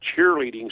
cheerleading